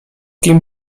kim